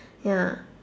ya